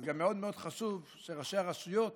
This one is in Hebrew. גם מאוד מאוד חשוב שראשי הרשויות